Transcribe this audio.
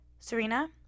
Serena